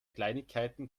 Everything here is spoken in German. kleinigkeiten